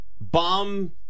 bomb-